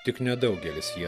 tik nedaugelis jie